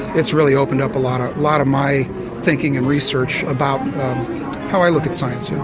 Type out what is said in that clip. it's really opened up a lot lot of my thinking and research about how i look at science.